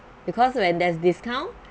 because when there's discount